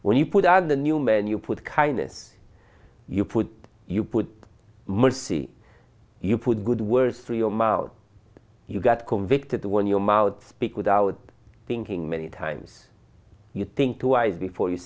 when you put on the new man you put kindness you put you put must see you put a good word through your mouth you got convicted when your mouth speak without thinking many times you think twice before you